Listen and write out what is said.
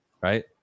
Right